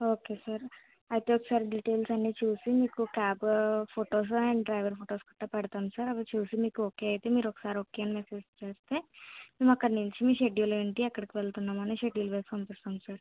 okay sir అయితే ఒకసారి details అన్ని చూసి మీకు cab photos and driver photos గట్ట పెడతాం సార్ అవి చూసి మీకు ఓకే అయితే మీరు ఒకసారి ఒకే అని మెసెజ్ చేస్తే మేం అక్కడనుంచి మీ షెడ్యూల్ ఏంటి ఎక్కడికి వెళుతున్నాం అని షెడ్యూల్ వేసి పంపిస్తాం సార్